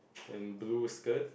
and blue skirt